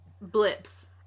blips